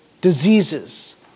diseases